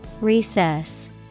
Recess